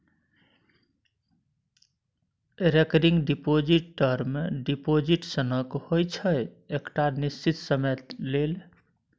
recurring deposit term deposit सनक होइ छै एकटा निश्चित समय लेल